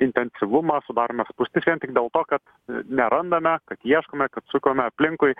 intensyvumą sudarome spūstis vien tik dėl to kad nerandame kad ieškome kad sukame aplinkui